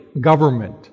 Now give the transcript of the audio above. government